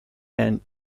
and